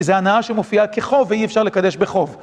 זו הנאה שמופיעה כחוב, ואי אפשר לקדש בחוב.